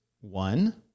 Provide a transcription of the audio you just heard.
one